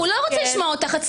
הוא לא רוצה לשמוע אותך.